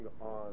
on